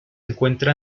encuentra